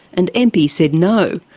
and einpwy said no.